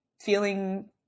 feeling